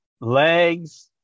legs